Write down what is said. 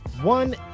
one